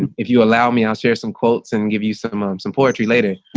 if you allow me i'll share some quotes and give you some um some poetry later.